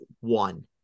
one